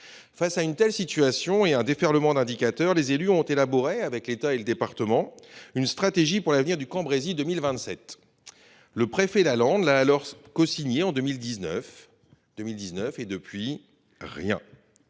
Face à une telle situation et à ce déferlement d’indicateurs, les élus ont élaboré, avec l’État et le département, une stratégie pour l’avenir du Cambrésis 2027. Le préfet Lalande l’a cosignée en 2019. Depuis : rien